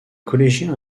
collégien